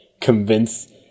convince